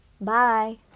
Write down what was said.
Bye